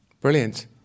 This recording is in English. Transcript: Brilliant